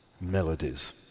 melodies